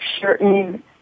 certain